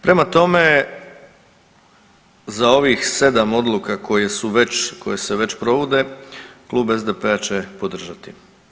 Prema tome, za ovih sedam odluka koje se već provode klub SDP-a će podržati.